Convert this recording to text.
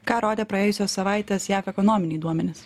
ką rodė praėjusios savaitės jav ekonominiai duomenys